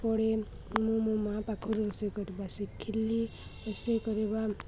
ପଡ଼େ ମୁଁ ମୋ ମାଆ ପାଖରୁ ରୋଷେଇ କରିବା ଶିଖିଲି ରୋଷେଇ କରିବା